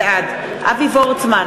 בעד אבי וורצמן,